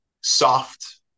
soft